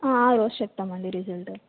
ఆ ఆరోజు చెప్తామండి రిజల్ట్